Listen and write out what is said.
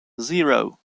zero